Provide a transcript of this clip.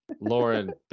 Lauren